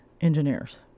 engineers